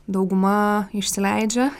dauguma išsileidžia